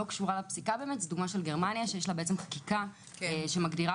קשורה לפסיקה וזו הדוגמה של גרמניה שיש לה חקיקה שמגדירה